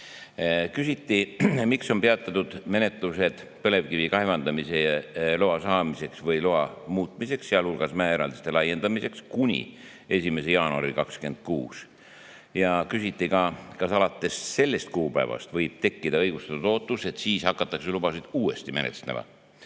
miks peatatakse menetlused põlevkivi kaevandamise loa saamiseks või loa muutmiseks, sealhulgas mäeeraldiste laiendamiseks, just 1. jaanuarini 2026. Küsiti ka, kas alates sellest kuupäevast võib tekkida õigustatud ootus, et siis hakatakse lubasid uuesti menetlema.